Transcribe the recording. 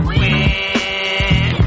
win